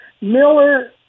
Miller